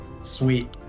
Sweet